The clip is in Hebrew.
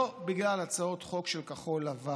לא בגלל הצעות חוק של כחול לבן,